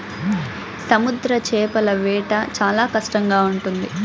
సముద్ర చేపల వేట చాలా కష్టంగా ఉంటుంది